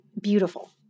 beautiful